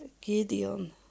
Gideon